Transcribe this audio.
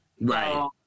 right